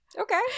Okay